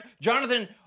Jonathan